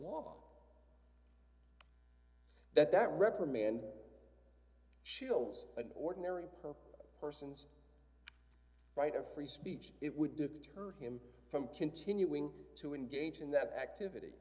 law that that reprimand shields an ordinary perk a person's right of free speech it would deter him from continuing to engage in that activity